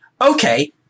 Okay